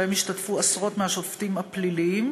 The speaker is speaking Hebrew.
והשתתפו בהן עשרות מהשופטים הפליליים,